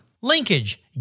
Linkage